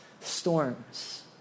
storms